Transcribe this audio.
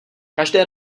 každé